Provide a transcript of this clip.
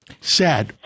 Sad